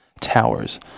Towers